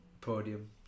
podium